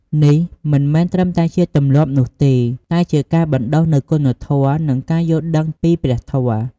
នេះមិនមែនត្រឹមតែជាទម្លាប់នោះទេ តែជាការបណ្តុះនូវគុណធម៌ និងការយល់ដឹងពីព្រះធម៌។